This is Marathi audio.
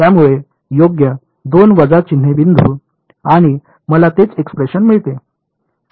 त्यामुळे योग्य 2 वजा चिन्हे बिंदू आणि मला तेच एक्सप्रेशन मिळते